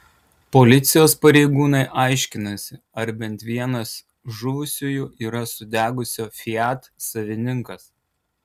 policijos pareigūnai aiškinasi ar bent vienas žuvusiųjų yra sudegusio fiat savininkas